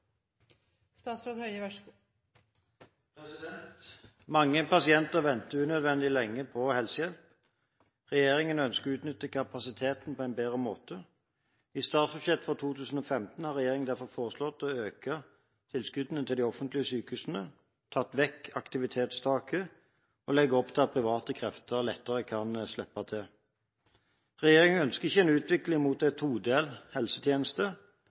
Mange pasienter venter unødvendig lenge på helsehjelp. Regjeringen ønsker å utnytte kapasiteten på en bedre måte. I statsbudsjettet for 2015 har regjeringen derfor foreslått å øke tilskuddene til de offentlige sykehusene, tatt vekk aktivitetstaket og lagt opp til at private krefter lettere kan slippe til. Regjeringen ønsker ikke en utvikling mot en todelt helsetjeneste,